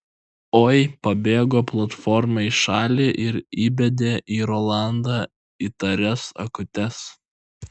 oi pabėgėjo platforma į šalį ir įbedė į rolandą įtarias akutes